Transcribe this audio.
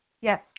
yes